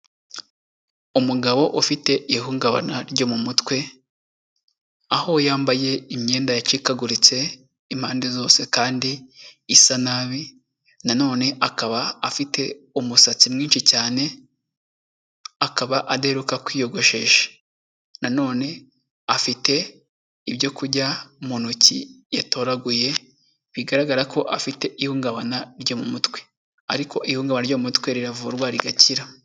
Umugabo ufite ihungabana ryo mu mutwe, aho yambaye imyenda yacikaguritse impande zose kandi isa nabi, na none akaba afite umusatsi mwinshi cyane, akaba adaheruka kwiyogoshesha. Na none afite ibyo kurya mu ntoki yatoraguye, bigaragara ko afite ihungabana ryo mu mutwe. Ariko ihungabana ryo mu mutwe riravurwa rigakira.